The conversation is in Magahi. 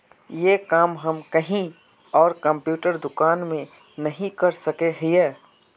ये काम हम कहीं आर कंप्यूटर दुकान में नहीं कर सके हीये?